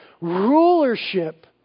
rulership